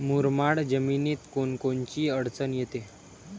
मुरमाड जमीनीत कोनकोनची अडचन येते?